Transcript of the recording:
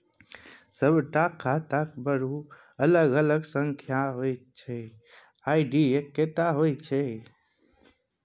सभटा खाताक बरू अलग अलग संख्या होए ग्राहक आई.डी एक्के हेतै